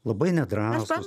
labai nedrąsūs